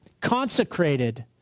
consecrated